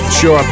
sure